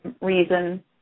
reason